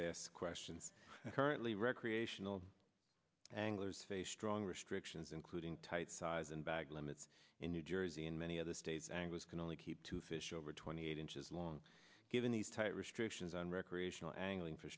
bass question currently recreational anglers face strong restrictions including tight size and bag limits in new jersey and many other states angus can only keep two fish over twenty eight inches long given these tight restrictions on recreational angling for